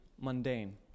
mundane